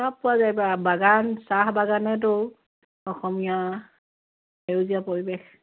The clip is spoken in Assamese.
সব পোৱা যায় বা বাগান চাহ বাগানেইতো অসমীয়া সেউজীয়া পৰিৱেশ